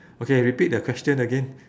okay repeat the question again